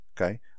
Okay